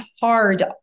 hard